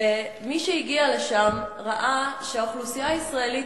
ומי שהגיע לשם ראה שהאוכלוסייה הישראלית